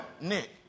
Nick